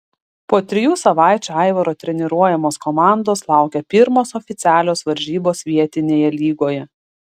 po trijų savaičių aivaro treniruojamos komandos laukė pirmos oficialios varžybos vietinėje lygoje